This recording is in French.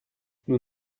nous